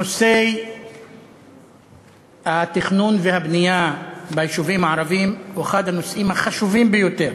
נושא התכנון והבנייה ביישובים הערביים הוא אחד הנושאים החשובים ביותר